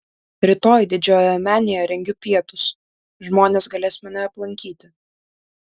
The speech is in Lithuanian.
rytoj didžiojoje menėje rengiu pietus žmonės galės mane aplankyti